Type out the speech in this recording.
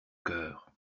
cœur